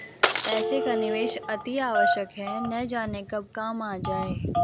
पैसे का निवेश अतिआवश्यक है, न जाने कब काम आ जाए